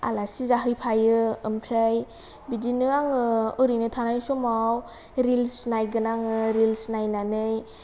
आलासि जाहैफायो ओमफ्राय बिदिनो आङो ओरैनो थानाय समाव रिल्स नायगोन आङो रिल्स नायनानै